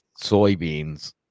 soybeans